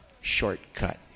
shortcut